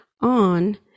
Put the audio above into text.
on